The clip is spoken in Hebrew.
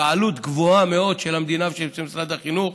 בעלות גבוהה מאוד של המדינה ושל משרד החינוך.